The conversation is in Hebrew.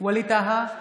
ווליד טאהא,